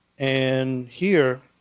and here